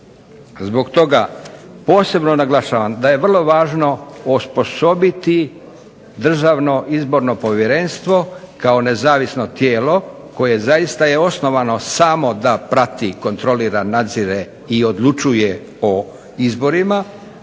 Zbog toga posebno naglašavam da je vrlo važno osposobiti Državno izborno povjerenstvo kao nezavisno tijelo koje zaista je osnovano samo da prati, kontrolira, nadzire i odlučuje o izborima,